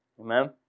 Amen